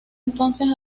entonces